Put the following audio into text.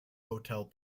hotel